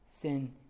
sin